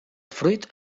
fruit